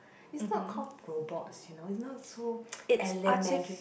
it's not called robots you know it's not so elementary